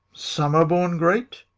some are born great